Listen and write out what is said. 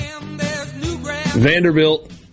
Vanderbilt